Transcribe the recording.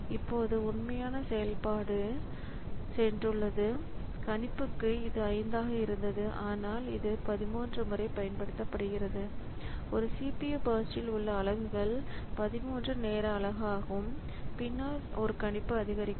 இப்போது உண்மையான செயல்பாடு சென்றுள்ளது கணிப்புக்கு இது 5 ஆக இருந்தது ஆனால் இது 13 முறை பயன்படுத்தப்படுகிறது ஒரு CPU பர்ஸ்ட்ல் உள்ள அலகுகள் 13 நேர அலகு ஆகும் பின்னர் ஒரு கணிப்பு அதிகரிக்கும்